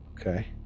Okay